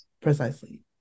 Precisely